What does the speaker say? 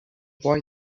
boy